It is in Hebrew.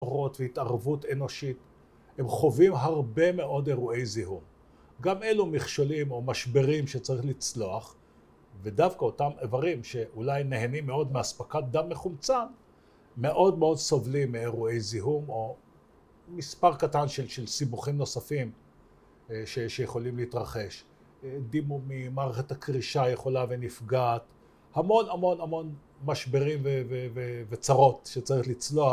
והתערבות אנושית, הם חווים הרבה מאוד אירועי זיהום גם אלו מכשולים או משברים שצריך לצלוח ודווקא אותם איברים שאולי נהנים מאוד מהספקת דם מחומצן מאוד מאוד סובלים מאירועי זיהום או מספר קטן של סיבוכים נוספים שיכולים להתרחש, דימומים, מערכת הקרישה יכולה ונפגעת, המון המון המון משברים וצרות שצריך לצלוח